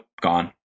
gone